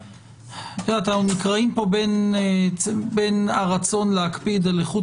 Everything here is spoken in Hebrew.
אנחנו נקרעים פה בין הרצון להקפיד על איכות